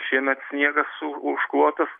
šiemet sniegas užklotas